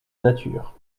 nature